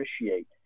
appreciate